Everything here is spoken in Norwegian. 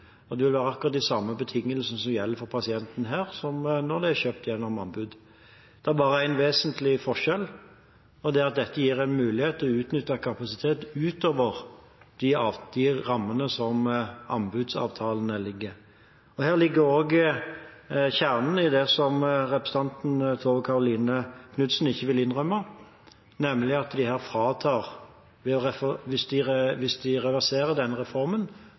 og det vil være akkurat de samme betingelsene som gjelder for pasienten her, som når det er kjøpt gjennom anbud. Det er bare en vesentlig forskjell, og det er at dette gir en mulighet til å utnytte kapasitet utover de rammene som anbudsavtalene legger. Her ligger også kjernen i det som representanten Tove Karoline Knutsen ikke vil innrømme, nemlig at hvis de reverserer denne reformen,